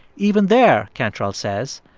even there, cantrell says,